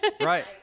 right